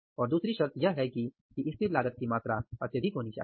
और दूसरी शर्त यह है कि स्थिर लागत की मात्रा अत्यधिक होनी चाहिए